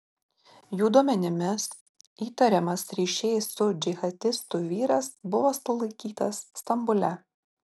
jų duomenimis įtariamas ryšiais su džihadistu vyras buvo sulaikytas stambule